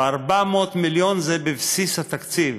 ו-400 מיליון זה בבסיס התקציב